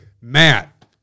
Matt